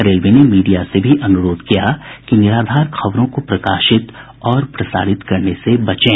railway ने media से भी अनुरोध किया कि निराधार खबरों को प्रकाशित और प्रसारित करने से बचें